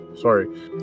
sorry